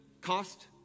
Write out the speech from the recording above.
cost